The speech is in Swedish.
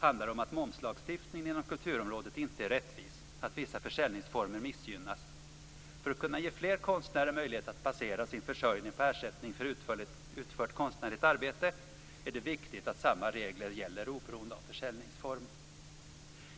handlar om att momslagstiftningen inom kulturområdet inte är rättvis, att vissa försäljningsformer missgynnas. För att kunna ge fler konstnärer möjlighet att basera sin försörjning på ersättning för utfört konstnärligt arbete är det viktigt att samma regler gäller oberoende av försäljningsform.